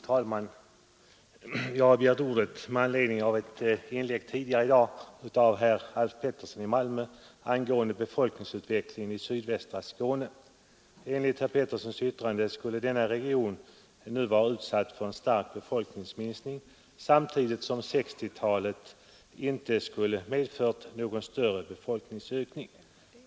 Fru talman! Jag har begärt ordet med anledning av ett inlägg tidigare i dag av herr Alf Pettersson i Malmö angående befolkningsutvecklingen i sydvästra Skåne. Enligt herr Petterssons yttrande skulle denna region nu vara utsatt för en stark befolkningsminskning samtidigt som 1960-talet inte skulle ha medfört någon större befolkningsökning.